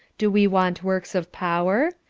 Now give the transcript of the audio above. do we want works of power?